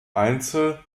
einzel